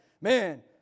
man